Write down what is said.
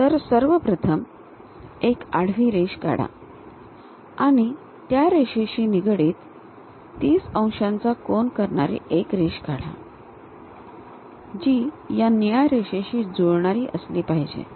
तर सर्वप्रथम एक आडवी रेष काढा आणि त्या रेषेशी निगडित ३० अंशाचा कोन करणारी एक रेष काढा जी या निळ्या रेषेशी जुळणारी असली पाहिजे